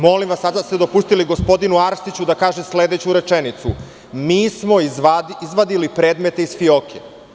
Molim vas, sada ste dopustili gospodinu Arsiću da kaže sledeću rečenicu – mi smo izvadili predmete iz fijoke.